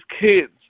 kids